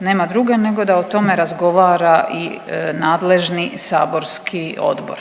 nema druge nego da o tome razgovara i nadležni saborski odbor,